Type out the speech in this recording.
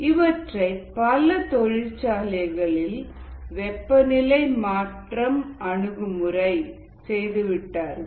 இவற்றை பல தொழிற்சாலைகளில் வெப்பநிலை மாற்றும் அணுகுமுறைகளாக செய்துவிட்டார்கள்